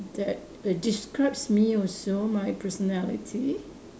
that err describes me also my personality